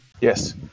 Yes